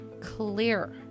clear